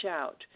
out